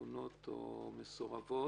עגונות או מסורבות,